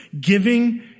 giving